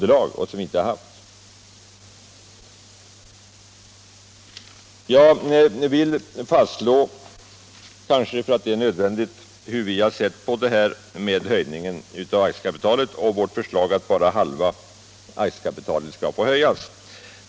Det är kanske nödvändigt att jag här lämnar en redovisning av hur vi reservanter har sett på frågan om höjning av aktiekapitalet och av vårt förslag att bara halva aktiekapitalet skall få höjas.